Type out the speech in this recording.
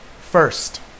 First